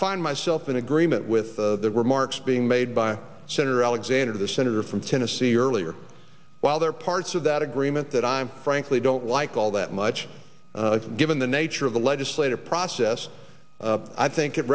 find myself in agreement with the remarks being made by senator alexander the senator from tennessee earlier while there parts of that agreement that i frankly don't like all that much given the nature of the legislative process i think it